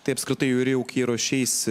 tai apskritai jurijau kai ruošeisi